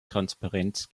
transparenz